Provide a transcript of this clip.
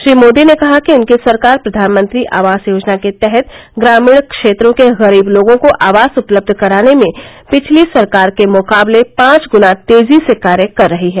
श्री मोदी ने कहा कि उनकी सरकार प्रधानमंत्री आवास योजना के तहत ग्रामीण क्षेत्रों के गरीब लोगों को आवास उपलब्ध कराने में पिछली सरकार के मुकाबले पांच गुना तेजी से कार्य कर रही है